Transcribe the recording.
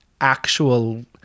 actual